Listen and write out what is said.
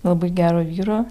labai gero vyro